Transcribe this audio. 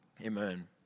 Amen